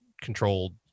controlled